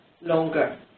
longer